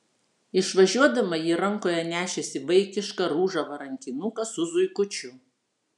išvažiuodama ji rankoje nešėsi vaikišką ružavą rankinuką su zuikučiu